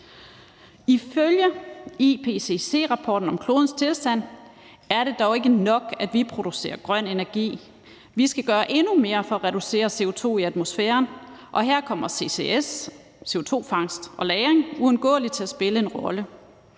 Ifølge IPCC-rapporten om klodens tilstand er det dog ikke nok, at vi producerer grøn energi, men vi skal gøre endnu mere for at reducere CO2-udledningen i atmosfæren, og her kommer ccs, CO2-fangst og -lagring uundgåeligt til at spille en rolle.